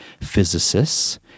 physicists